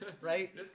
Right